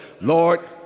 Lord